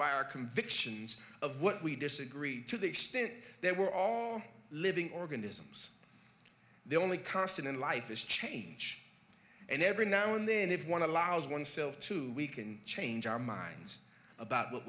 by our convictions of what we disagree to the extent that we're all living organisms the only constant in life is change and every now and then if one allows oneself to we can change our minds about what